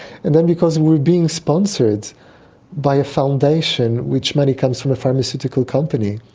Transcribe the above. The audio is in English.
and then because we were being sponsored by a foundation which money comes from a pharmaceutical company,